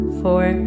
four